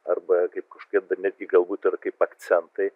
arba kaip kažkokie netgi galbūt ir kaip akcentai